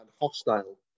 hostile